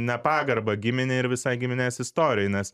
nepagarbą giminei ir visai giminės istorijai nes